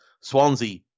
Swansea